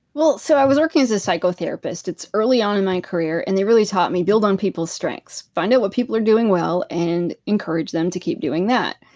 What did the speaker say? so i was working as a psychotherapist. it's early on in my career and they really taught me build on people's strengths. find out what people are doing well and encourage them to keep doing that.